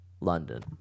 London